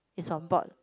it's on board